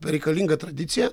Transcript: reikalinga tradicija